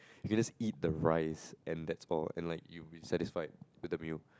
you can just eat the rice and that's all and like you will be satisfied with the meal